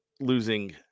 losing